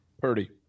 Purdy